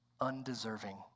undeserving